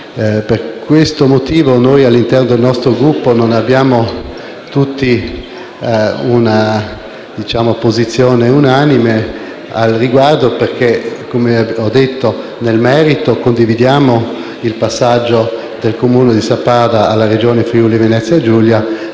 speciali. All'interno del nostro Gruppo non abbiamo tutti una posizione unanime al riguardo. Come ho detto, nel merito condividiamo il passaggio del Comune di Sappada alla Regione Friuli-Venezia Giulia,